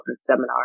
seminar